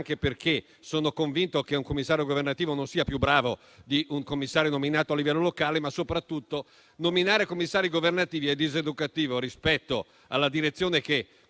anche perché sono convinto che un commissario governativo non sia più bravo di uno nominato a livello locale. Soprattutto, nominare commissari governativi è diseducativo rispetto alla direzione che